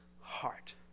heart